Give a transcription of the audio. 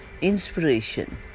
inspiration